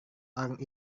orang